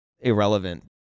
irrelevant